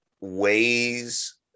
ways